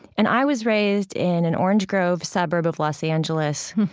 and i was raised in an orange grove suburb of los angeles